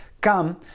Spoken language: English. come